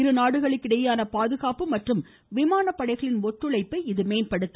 இருநாடுகளுக்கிடையேயான பாதுகாப்பு மற்றும் விமான படைகளின் ஒத்துழைப்பை இது மேம்படுத்தும்